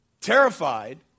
Terrified